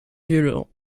violent